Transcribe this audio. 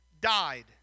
Died